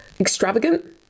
extravagant